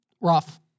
rough